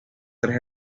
tres